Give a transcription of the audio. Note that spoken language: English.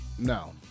No